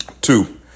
Two